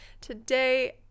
today